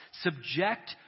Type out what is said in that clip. subject